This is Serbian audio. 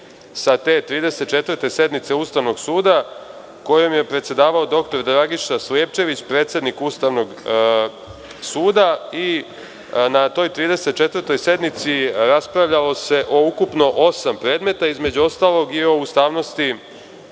sa te 34. sednice Ustavnog suda, kojom je predsedavao Dragiša Slijepčević, predsednik Ustavnog suda. Na toj 34. sednici raspravljalo se o ukupno osam predmeta, između ostalog i o ustavnosti